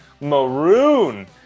maroon